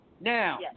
Now